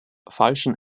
falschen